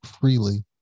freely